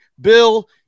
Bill